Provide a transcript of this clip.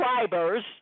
subscribers